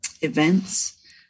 events